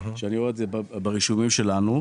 אני רואה את זה ברישומים שלנו.